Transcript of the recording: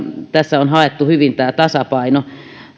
tässä on haettu hyvin tämä tasapaino